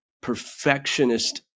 perfectionist